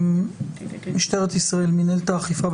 משטרת ישראל, מינהלת האכיפה.